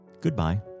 goodbye